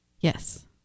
Yes